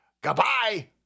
Goodbye